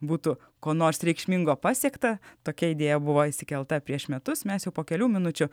būtų ko nors reikšmingo pasiekta tokia idėja buvo įsikelta prieš metus mes jau po kelių minučių